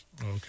Okay